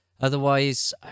Otherwise